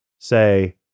say